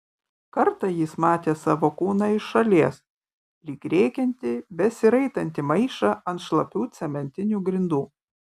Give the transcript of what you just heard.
kartą jis matė savo kūną iš šalies lyg rėkiantį besiraitantį maišą ant šlapių cementinių grindų